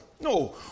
No